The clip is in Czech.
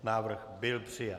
Návrh byl přijat.